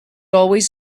always